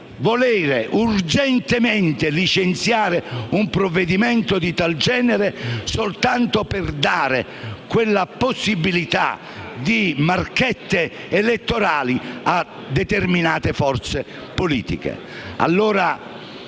voler urgentemente licenziare un provvedimento di tal genere soltanto per dare una possibilità di marchette elettorali a determinate forze politiche.